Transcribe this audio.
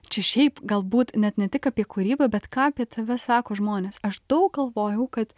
čia šiaip galbūt net ne tik apie kūrybą bet ką apie tave sako žmonės aš daug galvojau kad